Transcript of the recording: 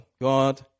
God